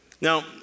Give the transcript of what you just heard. Now